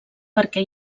perquè